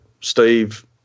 Steve